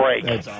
break